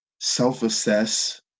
self-assess